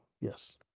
yes